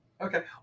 Okay